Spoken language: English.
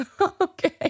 Okay